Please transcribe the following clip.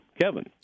Kevin